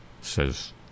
says